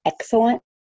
excellent